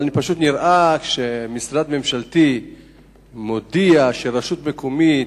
אבל, כשמשרד ממשלתי מודיע שרשות מקומית,